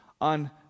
on